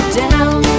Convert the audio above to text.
down